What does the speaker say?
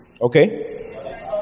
Okay